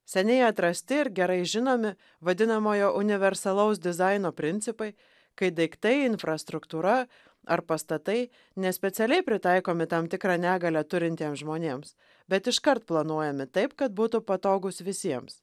seniai atrasti ir gerai žinomi vadinamojo universalaus dizaino principai kai daiktai infrastruktūra ar pastatai ne specialiai pritaikomi tam tikrą negalią turintiems žmonėms bet iškart planuojami taip kad būtų patogūs visiems